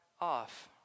off